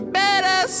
better